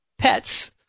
pets